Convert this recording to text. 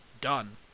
Done